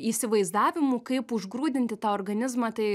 įsivaizdavimų kaip užgrūdinti tą organizmą tai